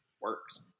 works